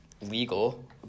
legal